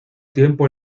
tiempo